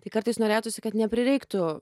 tik kartais norėtųsi kad neprireiktų